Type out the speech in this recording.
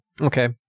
Okay